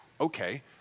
okay